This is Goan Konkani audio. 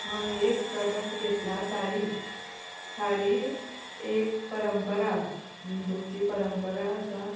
हांवें एक प्रोडक्ट घेतला साडी साडी एक परंपरा हिंदूंची परंपरा आसा